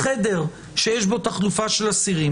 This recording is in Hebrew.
חדר שיש בו תחלופה של אסירים,